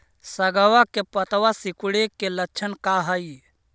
सगवा के पत्तवा सिकुड़े के लक्षण का हाई?